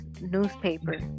newspaper